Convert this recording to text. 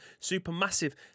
Supermassive